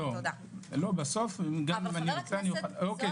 זו החלטתי.